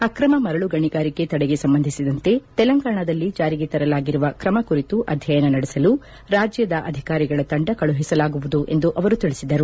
ಆಕ್ರಮ ಮರಳು ಗಣಿಗಾರಿಕೆ ತಡೆಗೆ ಸಂಬಂಧಿಸಿದಂತೆ ತೆಲಂಗಾಣದಲ್ಲಿ ಜಾರಿಗೆ ತರಲಾಗಿರುವ ಕ್ರಮ ಕುರಿತು ಅಧ್ಯಯನ ನಡೆಸಲು ರಾಜ್ಯದ ಅಧಿಕಾರಿಗಳ ತಂಡ ಕಳುಹಿಸಲಾಗುವುದು ಎಂದು ಅವರು ತಿಳಿಸಿದರು